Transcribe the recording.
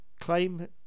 claim